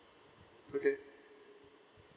okay